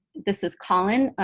this is colin,